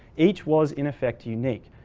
each was in effect unique.